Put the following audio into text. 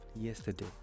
yesterday